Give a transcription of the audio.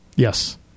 Yes